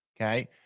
okay